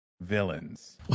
villains